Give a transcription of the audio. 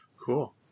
Cool